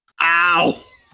Ow